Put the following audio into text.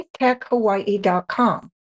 thinktechhawaii.com